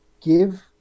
give